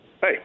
Hey